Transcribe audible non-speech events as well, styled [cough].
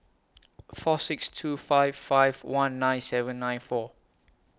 [noise] four six two five five one nine seven nine four